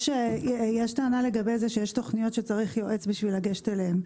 יש טענה לגבי זה שצריך יועץ בשביל לגשת אליהן.